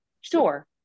sure